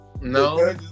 No